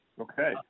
Okay